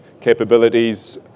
capabilities